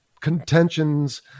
contentions